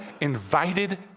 invited